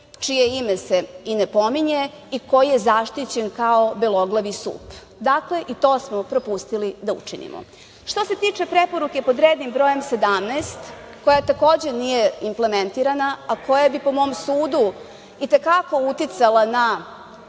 čije ime se i ne pominje i koji je zaštićen kao beloglavi sup. Dakle, i to smo propustili da učinimo. Što se tiče Preporuke pod rednim brojem 17, koja takođe nije implementirana, a koja bi, po mom sudu, i te kako uticala na